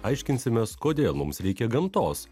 aiškinsimės kodėl mums reikia gamtos